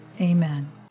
Amen